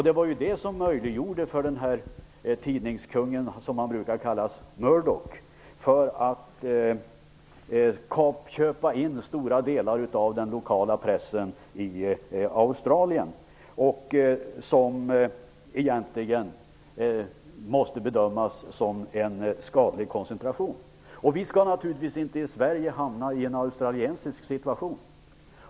Det var det som möjliggjorde för den s.k. tidningskungen Murdoch att köpa in stora delar av den lokala pressen i Australien och skapa något som måste bedömas som en skadlig koncentration. Vi skall naturligtvis inte i Sverige hamna i en australiensisk situation.